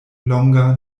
longa